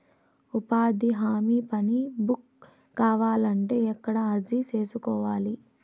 ఉపాధి హామీ పని బుక్ కావాలంటే ఎక్కడ అర్జీ సేసుకోవాలి?